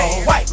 white